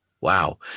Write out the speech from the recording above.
wow